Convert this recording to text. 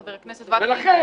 חבר הכנסת וקנין,